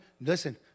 listen